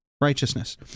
righteousness